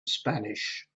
spanish